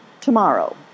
tomorrow